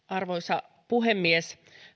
arvoisa puhemies